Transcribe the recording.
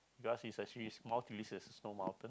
because it's actually Mount-Titlis is a snow mountain